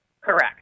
correct